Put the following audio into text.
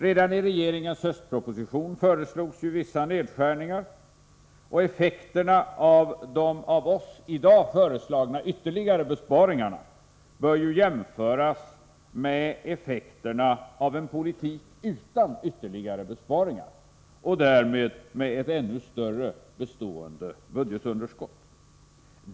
Redan i regeringens höstproposition föreslogs vissa nedskärningar, och effekterna av de av oss föreslagna ytterligare besparingarna bör jämföras med effekterna av en politik utan ytterligare besparingar och med ett ännu större bestående budgetunderskott.